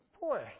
boy